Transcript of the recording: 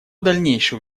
дальнейшее